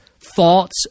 thoughts